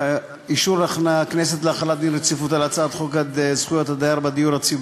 התוכנית הכלכלית (תיקוני חקיקה ליישום המדיניות הכלכלית לשנות התקציב